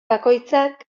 bakoitzak